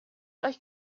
euch